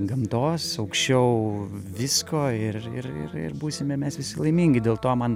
gamtos aukščiau visko ir ir ir ir būsime mes visi laimingi dėl to man